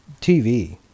TV